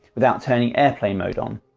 without turning airplane mode on.